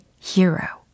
Hero